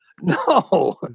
No